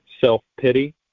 Self-pity